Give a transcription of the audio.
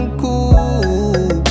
cool